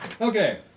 Okay